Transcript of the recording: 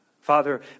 Father